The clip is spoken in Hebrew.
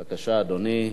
בבקשה, אדוני,